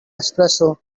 espresso